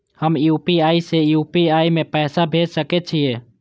हम यू.पी.आई से यू.पी.आई में पैसा भेज सके छिये?